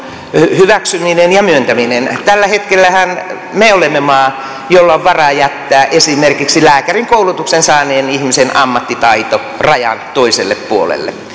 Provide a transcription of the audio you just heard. hyväksyminen ja myöntäminen tällä hetkellähän me olemme maa jolla on varaa jättää esimerkiksi lääkärinkoulutuksen saaneen ihmisen ammattitaito rajan toiselle puolelle